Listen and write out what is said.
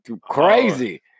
crazy